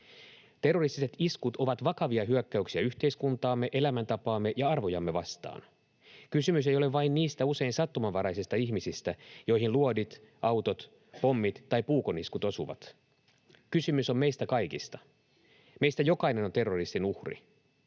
Terroristiset iskut ovat vakavia hyökkäyksiä yhteiskuntaamme, elämäntapaamme ja arvojamme vastaan. Kysymys ei ole vain niistä usein sattumanvaraisista ihmisistä, joihin luodit, autot, pommit tai puukoniskut osuvat. Kysymys on meistä kaikista. Meistä jokainen on terrorismin uhri.